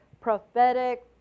prophetic